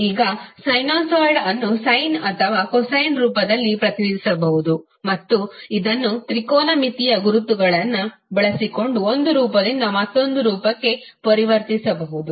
ಈಗ ಸೈನುಸಾಯ್ಡ್ ಅನ್ನು ಸಯ್ನ್ ಅಥವಾ ಕೊಸೈನ್ ರೂಪದಲ್ಲಿ ಪ್ರತಿನಿಧಿಸಬಹುದು ಮತ್ತು ಇದನ್ನು ತ್ರಿಕೋನಮಿತಿಯ ಗುರುತುಗಳನ್ನು ಬಳಸಿಕೊಂಡು ಒಂದು ರೂಪದಿಂದ ಮತ್ತೊಂದು ರೂಪಕ್ಕೆ ಪರಿವರ್ತಿಸಬಹುದು